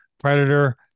Predator